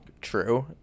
true